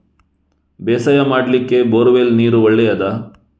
ಬೇಸಾಯ ಮಾಡ್ಲಿಕ್ಕೆ bore well ನೀರು ಒಳ್ಳೆಯದಾ?